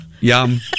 Yum